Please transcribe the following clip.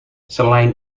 selain